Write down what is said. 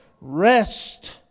rest